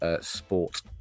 sport